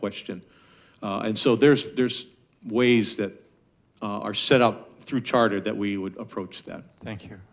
question and so there's there's ways that are set up through charter that we would approach that thank you